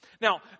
Now